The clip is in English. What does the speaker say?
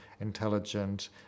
intelligent